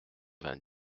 vingt